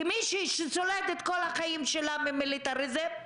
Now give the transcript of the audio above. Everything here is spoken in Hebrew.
כמי שסולדת כל החיים שלה ממיליטריזם,